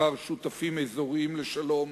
אחר שותפים אזוריים לשלום